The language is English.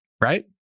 right